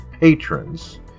patrons